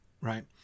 right